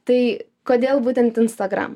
tai kodėl būtent instagram